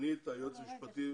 סגנית היועץ המשפטי.